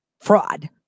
Fraud